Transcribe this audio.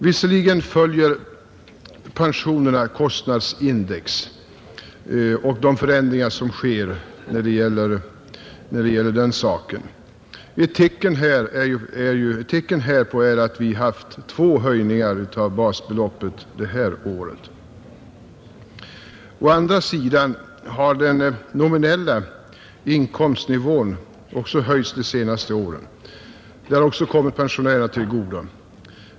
Visserligen följer pensionerna förändringarna i levnadskostnadsindex — ett tecken härpå är att vi haft två höjningar av basbeloppet det här året — men å andra sidan har den nominella inkomstnivån också höjts de senaste åren, vilket kommit också pensionärerna till godo.